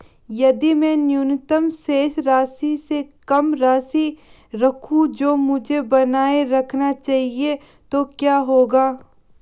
यदि मैं न्यूनतम शेष राशि से कम राशि रखूं जो मुझे बनाए रखना चाहिए तो क्या होगा?